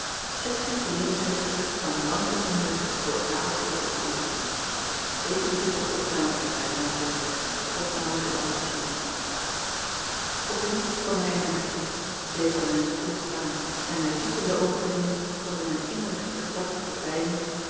bosboom-toussaint langs een omweg dat mij afschrikte en mij terughield van bekentenissen die zoo weinig kans hadden met medegevoel te worden aangehoord opeens kwam hij naar mij toe bleef bij mijn stoel staan en mij diep in de oogen ziende als om mijne innerlijkste gedachte te peilen